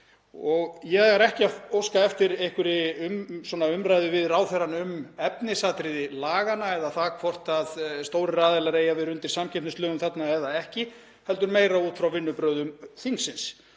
Ég er ekki að óska eftir einhverri umræðu við ráðherrann um efnisatriði laganna eða það hvort stórir aðilar eigi að vera undir samkeppnislögum þarna eða ekki heldur meira út frá vinnubrögðum þingsins